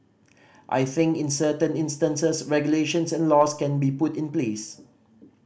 I think in certain instances regulations and laws can be put in place